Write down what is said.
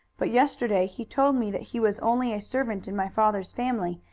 but yesterday he told me that he was only a servant in my father's family,